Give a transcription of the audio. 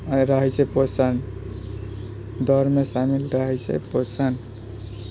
रहै छै पोषण दौड़मे सामेल रहै छै पोषण